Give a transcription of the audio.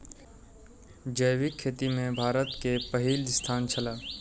जैविक खेती में भारत के पहिल स्थान छला